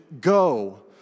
go